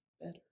better